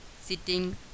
sitting